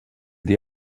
dir